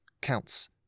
counts